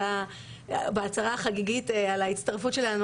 בהצהרה החגיגית על ההצטרפות שלנו,